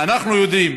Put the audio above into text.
אנחנו יודעים